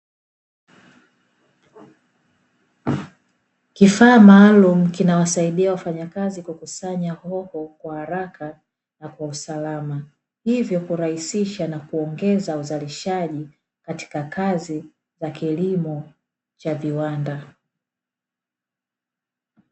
Kifaaa maalumu kinawasaidia wafanyakazi kukusanya hoho kwa haraka na kwa usalama. Hivyo kurahishisha na kuongeza uzalishaji katika kazi za kilimo cha viwanda.